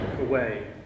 away